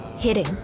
Hitting